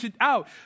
out